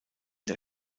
der